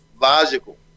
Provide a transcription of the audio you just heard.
logical